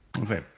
Okay